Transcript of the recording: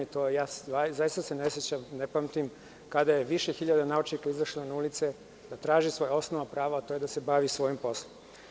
Zaista se ne sećam, ne pamtim kada je više hiljada naučnika izašlo na ulice da traži svoja osnovna prava, a to je da se bavi svojim poslom.